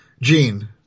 Gene